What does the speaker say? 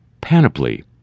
panoply